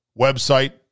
website